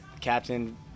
captain